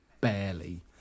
barely